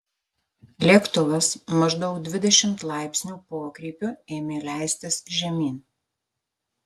lėktuvas maždaug dvidešimt laipsnių pokrypiu ėmė leistis žemyn